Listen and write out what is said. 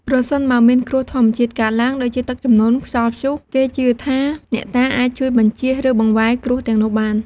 ប្រសិនបើមានគ្រោះធម្មជាតិកើតឡើង ដូចជាទឹកជំនន់ ខ្យល់ព្យុះ គេជឿថាអ្នកតាអាចជួយ បញ្ចៀស ឬបង្វែរគ្រោះទាំងនោះបាន។